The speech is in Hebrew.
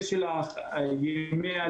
יש בעצם אחריות משותפת של המשרדים על בריאות